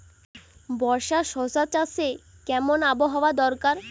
বর্ষার শশা চাষে কেমন আবহাওয়া দরকার?